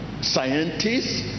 scientists